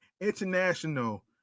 International